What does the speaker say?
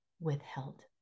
withheld